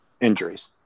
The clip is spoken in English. injuries